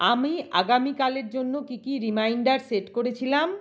আমি আগামীকালের জন্য কি কি রিমাইন্ডার সেট করেছিলাম